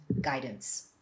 guidance